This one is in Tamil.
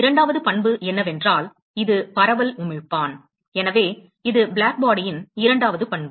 இரண்டாவது பண்பு என்னவென்றால் இது பரவல் உமிழ்ப்பான் எனவே இது பிளாக்பாடியின் இரண்டாவது பண்பு